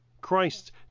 Christ's